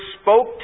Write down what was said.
spoke